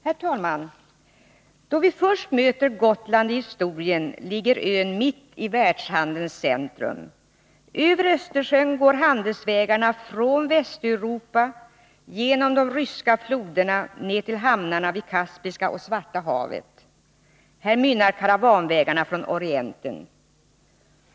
Herr talman! Då vi först möter Gotland i historien ligger ön mitt i världshandelns centrum. Över Östersjön går handelsvägarna från Västeuropa genom de ryska floderna ner till hamnarna vid Kaspiska havet och Svarta havet. Här mynnar karavanvägarna från Orienten.